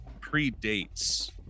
predates